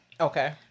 Okay